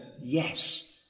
yes